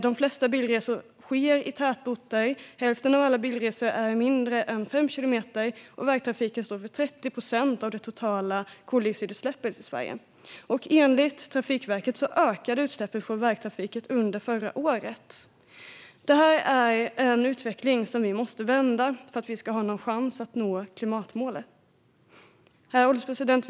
De flesta bilresor sker i tätorter. Hälften av alla bilresor är kortare än 5 kilometer. Vägtrafiken står för 30 procent av det totala koldioxidutsläppet i Sverige, och enligt Trafikverket ökade utsläppen från vägtrafiken under förra året. Det är en utveckling som vi måste vända om vi ska ha någon chans att nå klimatmålen. Herr ålderspresident!